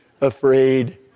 afraid